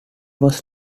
was